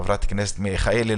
חברת הכנסת מיכאלי,